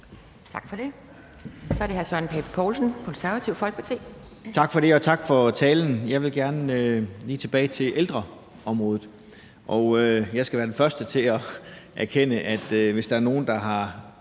Tak for det. Så er det hr. Søren Pape Poulsen, Konservative Folkeparti. Kl. 11:24 Søren Pape Poulsen (KF): Tak for det, og tak for talen. Jeg vil gerne lige tilbage til ældreområdet. Jeg skal være den første til at erkende, at hvis der er nogen, der har